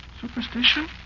Superstition